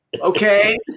okay